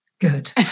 good